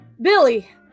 Billy